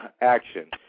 action